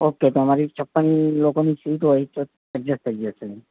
okay તો તમારી છપ્પન લોકોની સીટ હોય છે એક્ઝેટ થઈ જશે